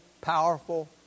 powerful